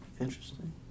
Interesting